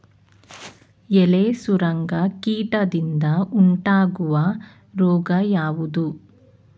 ಎಲೆ ಸುರಂಗ ಕೀಟದಿಂದ ಉಂಟಾಗುವ ರೋಗ ಯಾವುದು?